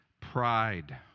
Pride